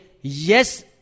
Yes